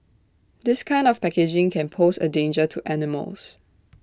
this kind of packaging can pose A danger to animals